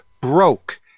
broke